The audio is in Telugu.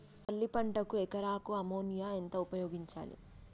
పల్లి పంటకు ఎకరాకు అమోనియా ఎంత ఉపయోగించాలి?